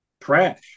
trash